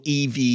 EV